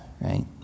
right